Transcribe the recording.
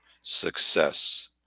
success